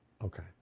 Okay